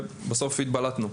ובסוף התבלטנו.